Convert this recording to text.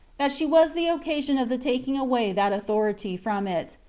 that she was the occasion of the taking away that authority from it,